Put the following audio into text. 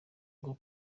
bwo